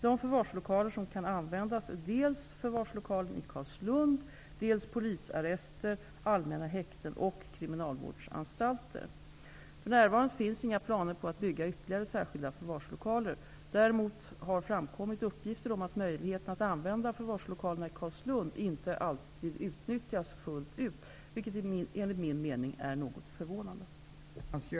De förvarslokaler som kan användas är dels förvarslokalen i Carlslund, dels polisarrester, allmänna häkten och kriminalvårdsanstalter. För närvarande finns inga planer på att bygga ytterligare särskilda förvarslokaler. Däremot har det framkommit uppgifter om att möjligheten att använda förvarslokalerna i Carlslund inte alltid utnyttjas fullt ut, vilket enligt min mening är något förvånande.